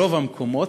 ברוב המקומות,